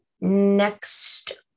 Next